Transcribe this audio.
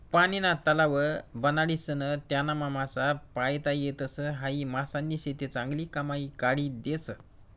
पानीना तलाव बनाडीसन त्यानामा मासा पायता येतस, हायी मासानी शेती चांगली कमाई काढी देस